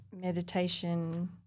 meditation